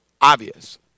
obvious